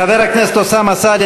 חבר הכנסת אוסאמה סעדי,